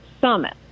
summit